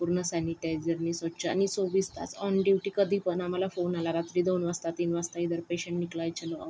पूर्ण सॅनिटायझरनी स्वच्छ आणि चोवीस तास ऑन ड्यूटी कधी पण आम्हाला फोन आला रात्री दोन वाजता तीन वाजता इधर पेशंट निकलाय चलो आओ